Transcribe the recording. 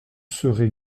serez